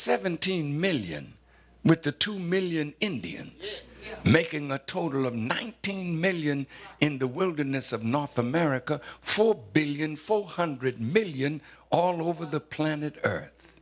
seventeen million with the two million indians making a total of nineteen million in the wilderness of north america four billion four hundred million all over the planet earth